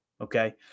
Okay